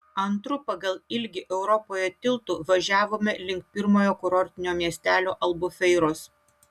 antru pagal ilgį europoje tiltu važiavome link pirmojo kurortinio miestelio albufeiros